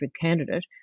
candidate